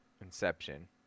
Inception